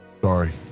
Sorry